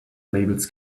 labels